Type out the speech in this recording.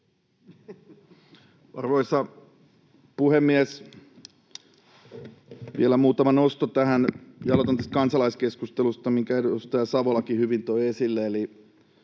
Arvoisa puhemies! Vielä muutama nosto tähän, ja aloitan tästä kansalaiskeskustelusta, minkä edustaja Savolakin hyvin toi esille.